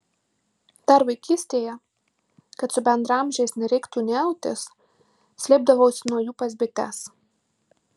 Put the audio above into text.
dar vaikystėje kad su bendraamžiais nereiktų niautis slėpdavausi nuo jų pas bites